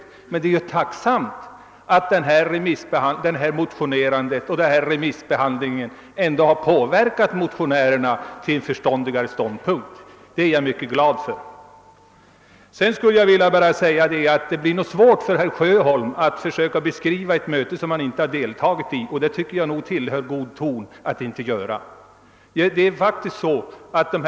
Jag är emellertid tacksam för att vad som framkommit under remissbehandlingen och utskottsbehandlingen har påverkat motionärerna så att de nu har intagit en förståndigare ståndpunkt. Det är naturligtvis svårt för herr Sjöholm att beskriva ett möte som han inte har deltagit i — jag tycker nog att det hör till god ton att inte heller försöka göra det.